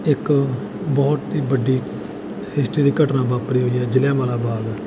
ਇੱਕ ਬਹੁਤ ਹੀ ਵੱਡੀ ਹਿਸਟਰੀ ਦੀ ਘਟਨਾ ਵਾਪਰੀ ਹੋਈ ਹੈ ਜਲ੍ਹਿਆਂ ਵਾਲਾ ਬਾਗ